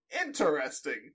Interesting